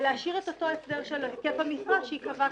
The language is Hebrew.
ולהשאיר את אותו הסדר של היקף המשרה, שייקבע.